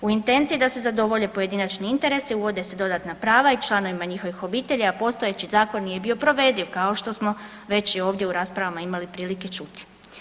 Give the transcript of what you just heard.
U intenciji je da se zadovolje pojedinačni interesi, uvode se dodatna prava i članovima njihovih obitelji, a postojeći zakon nije bio provediv kao što smo ovdje i u raspravama imali prilike čuti.